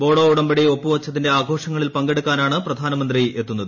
ബോഡോ ഉടമ്പടി ഒപ്പുവെച്ചതിന്റെ ആഘോഷങ്ങളിൽ പങ്കെടുക്കാനാണ് പ്രധാനമന്ത്രി എത്തുന്നത്